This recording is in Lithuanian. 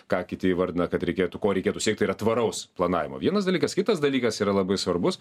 ką kiti įvardina kad reikėtų kuo reikėtų siekti yra tvaraus planavimo vienas dalykas kitas dalykas yra labai svarbus